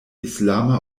islama